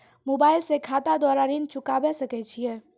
Mobile से खाता द्वारा ऋण चुकाबै सकय छियै?